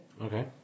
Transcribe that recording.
okay